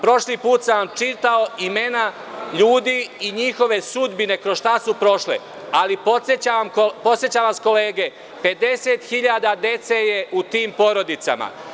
Prošli put sam vam čitao imena ljudi i njihove sudbine kroz šta su prošli, ali podsećam vas kolege 50.000 dece je u tim porodicama.